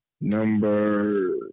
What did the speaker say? Number